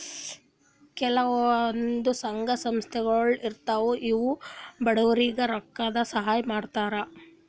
ಕೆಲವಂದ್ ಸಂಘ ಸಂಸ್ಥಾಗೊಳ್ ಇರ್ತವ್ ಇವ್ರು ಬಡವ್ರಿಗ್ ರೊಕ್ಕದ್ ಸಹಾಯ್ ಮಾಡ್ತರ್